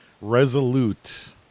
resolute